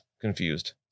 confused